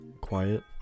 quiet